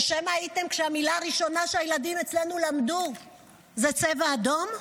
או שמא הייתם שהמילה הראשונה שהילדים אצלנו למדו זה "צבע אדום",